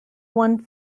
one